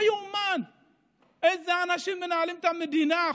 לא יאומן איזה אנשים מנהלים את המדינה.